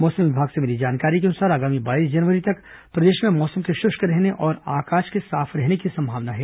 मौसम विभाग से मिली जानकारी के अनुसार आगामी बाईस जनवरी तक प्रदेश में मौसम के शुष्क रहने और आकाश के साफ रहने की संभावना है